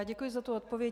Děkuji za odpověď.